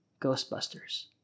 Ghostbusters